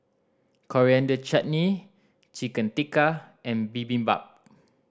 Coriander Chutney Chicken Tikka and Bibimbap